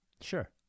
Sure